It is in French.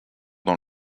dans